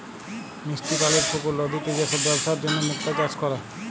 মিষ্টি পালির পুকুর, লদিতে যে সব বেপসার জনহ মুক্তা চাষ ক্যরে